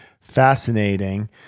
fascinating